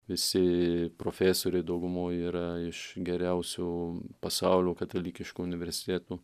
visi profesoriai daugumoj yra iš geriausių pasaulio katalikiškų universitetų